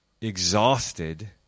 exhausted